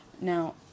Now